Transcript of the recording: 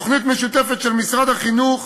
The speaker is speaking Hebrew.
תוכנית משותפת של משרד החינוך,